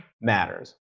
matters